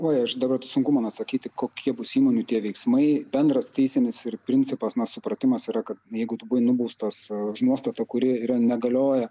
oi aš dabar sunku man atsakyti kokie bus įmonių tie veiksmai bendras teisinis ir principas na supratimas yra kad jeigu tu buvai nubaustas a už nuostatą kuri yra negalioja